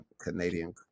Canadian